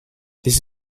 this